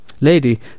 Lady